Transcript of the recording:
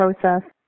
process